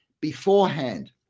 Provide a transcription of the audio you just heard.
beforehand